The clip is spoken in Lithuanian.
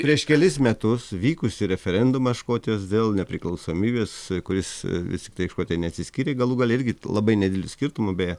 prieš kelis metus vykusį referendumą škotijos dėl nepriklausomybės kuris vis tiktai škotija neatsiskyrė galų gale irgi labai nedideliu skirtumu beje